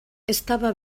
estava